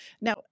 Now